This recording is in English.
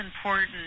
important